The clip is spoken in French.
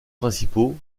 principaux